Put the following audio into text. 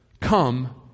come